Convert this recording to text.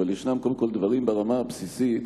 אבל יש קודם כול דברים ברמה הבסיסית,